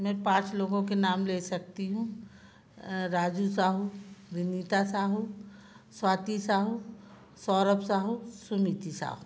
मैं पाँच लोगों के नाम ले सकती हूँ राजू साहू विनीता साहू स्वाती साहू सौरभ साहू सुनीति साहू